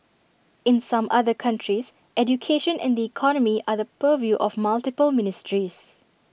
in some other countries education and the economy are the purview of multiple ministries